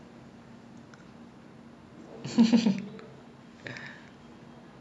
!wah! எது வேணாலு நா:ethu venaalu naa okay interest ன்னு:nu first eh சொல்லனுனா:sollanunaa music தா சொல்லுவ:thaa solluva